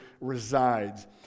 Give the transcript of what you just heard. resides